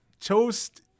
toast